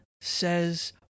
says